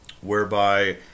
whereby